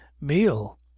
meal